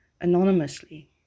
anonymously